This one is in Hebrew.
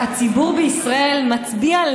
הציבור בישראל מצביע,